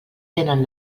tenen